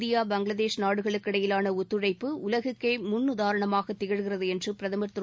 India Bangladesh நாடுகளுக்கு இடையிலான ஒத்துழைப்பு உலகுக்கே முன்னுதாரணமாக திகழ்கிறது என்று பிரதமர் திரு